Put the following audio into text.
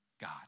God